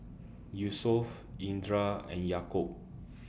Yusuf Indra and Yaakob